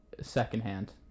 secondhand